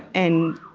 and